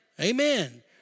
Amen